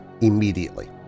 immediately